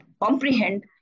comprehend